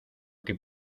que